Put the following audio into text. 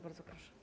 Bardzo proszę.